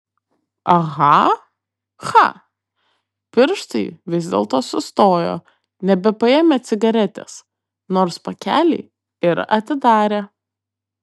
aha cha pirštai vis dėlto sustojo nebepaėmę cigaretės nors pakelį ir atidarė